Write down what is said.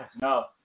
No